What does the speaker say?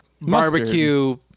barbecue